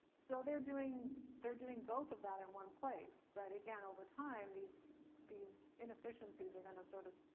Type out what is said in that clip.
so they're doing they're doing both of that in one place, but again, over time, these these inefficiencies are gonna sort of,